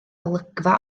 olygfa